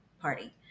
Party